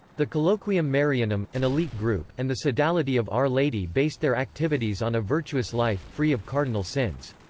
the colloquium marianum, an elite group, and the sodality of our lady based their activities on a virtuous life, free of cardinal sins.